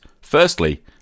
Firstly